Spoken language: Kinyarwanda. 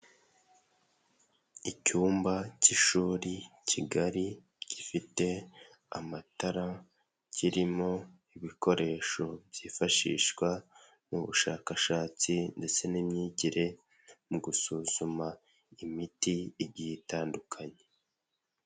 Icyumba cy'ishuri kigali gifite amatara kirimo ibikoresho byifashishwa n'ubushakashatsi ndetse n'imyigire mu gusuzuma imiti igiye itandukanye.